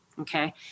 Okay